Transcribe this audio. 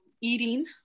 Eating